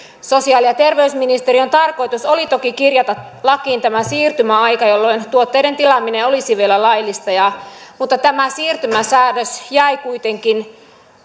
sosiaali ja terveysministeriön tarkoitus oli toki kirjata lakiin tämä siirtymäaika jolloin tuotteiden tilaaminen olisi vielä laillista mutta tämä siirtymäsäännös jäi kuitenkin